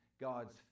God's